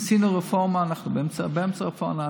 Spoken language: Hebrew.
עשינו רפורמה, ואנחנו באמצע הרפורמה.